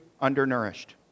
undernourished